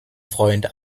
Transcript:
freund